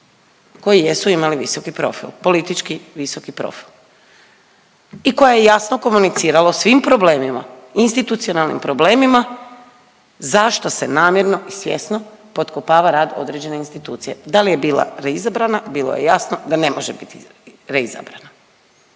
koji jesu imali visoki profil, politički visoki profil. I koja je jasno komunicirala o svim problemima, institucionalnim problemima zašto se namjerno i svjesno potkopava rad određene institucije. Da li je bila reizabrana? Bilo je jasno da ne može biti reizabrana.